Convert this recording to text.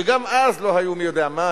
שגם אז לא היו מי-יודע-מה.